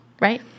right